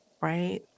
right